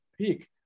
peak